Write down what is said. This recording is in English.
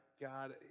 God